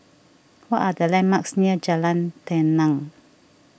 what are the landmarks near Jalan Tenang